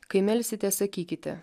kai melsite sakykite